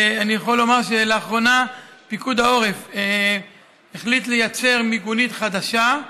ואני יכול לומר שלאחרונה פיקוד העורף החליט לייצר מיגונית חדשה,